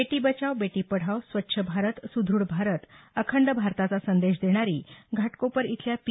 बेटी बचाव बेटी पढाव स्वच्छ भारत सुदृढ भारत अखंड भारताचा संदेश देणारी घाटकोपर इथल्या पी